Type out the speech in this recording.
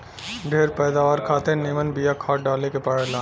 ढेर पैदावार खातिर निमन बिया खाद डाले के पड़ेला